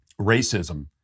racism